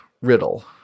riddle